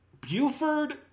Buford